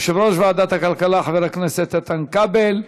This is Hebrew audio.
יושב-ראש ועדת הכלכלה חבר הכנסת איתן כבל,